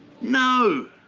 no